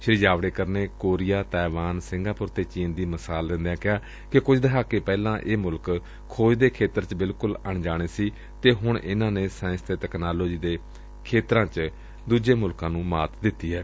ਸ੍ਰੀ ਜਾਵਤੇਕਰ ਨੇ Korea Taiwan Singapore ਅਤੇ ਚੀਨ ਦੀ ਮਿਸਾਲ ਦਿੰਦਿਆ ਕਿਹਾ ਕਿ ਕੁਝ ਦਹਾਕੇ ਪਹਿਲਾਂ ਇਹ ਮੁਲਕ ਖੋਜ ਦੇ ਖੇਤਰ ਵਿਚ ਬਿਲਕੁਲ ਅਣਜਾਣੇ ਸਨ ਤੇ ਹੁਣ ਇਨ੍ਹਾਂ ਨੇ ਸਾਇੰਸ ਤੇ ਤਕਨਾਲੋਜੀ ਦੇ ਖੇਤਰਾਂ ਚ ਬਹੁਤ ਤਰੱਕੀ ਕੀਤੀ ਏ